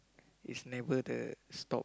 it's never the stop